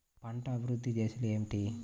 పంట అభివృద్ధి దశలు ఏమిటి?